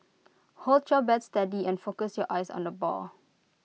hold your bat steady and focus your eyes on the ball